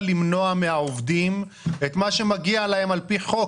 למנוע מהעובדים את מה שמגיע להם על פי חוק?